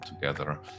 together